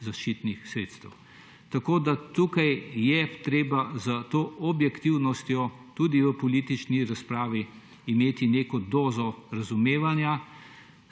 zaščitnih sredstev? Tukaj je treba za to objektivnostjo tudi v politični razpravi imeti neko dozo razumevanja.